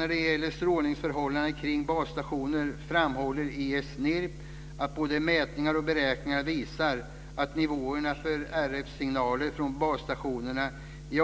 När det gäller strålningsförhållanden kring basstationer framhåller ICNIRP att både mätningar och beräkningar visar att nivåerna för RF signaler från basstationer i